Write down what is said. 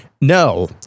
No